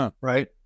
right